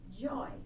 joy